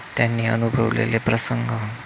त्यांनी अनुभवलेले प्रसंग